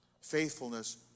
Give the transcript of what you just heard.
Faithfulness